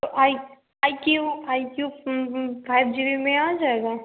तो I I Q I Q five G B में आ जाएगा